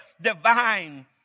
divine